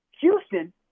Houston